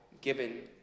given